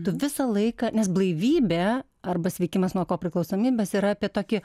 tu visą laiką nes blaivybė arba sveikimas nuo kopriklausomybės yra apie tokį